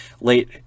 late